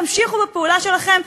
תמשיכו בפעולה שלכם,